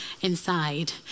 inside